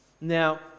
Now